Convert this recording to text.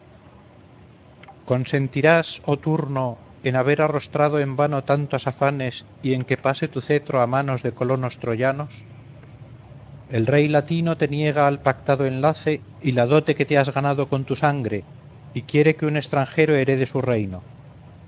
consentirás oh turno en haber arrostrado en vano tantos afanes y en que pase tu cetro a manos de colonos troyanos el rey latino te niega al pactado enlace y la dote que te has ganado con tu sangre y quiere que un extranjero herede su reino